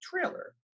trailer